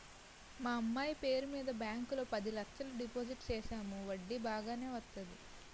మా అమ్మాయి పేరు మీద బ్యాంకు లో పది లచ్చలు డిపోజిట్ సేసాము వడ్డీ బాగానే వత్తాది